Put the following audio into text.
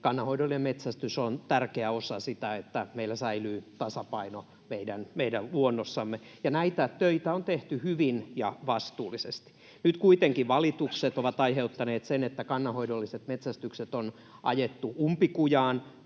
kannanhoidollinen metsästys on tärkeä osa sitä, että meillä säilyy tasapaino meidän luonnossamme, ja näitä töitä on tehty hyvin ja vastuullisesti. Nyt kuitenkin valitukset ovat aiheuttaneet sen, että kannanhoidolliset metsästykset on ajettu umpikujaan,